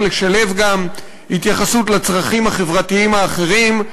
לשלב גם התייחסות לצרכים החברתיים האחרים.